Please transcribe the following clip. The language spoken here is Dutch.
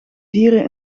dieren